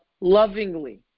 lovingly